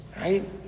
Right